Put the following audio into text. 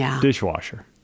dishwasher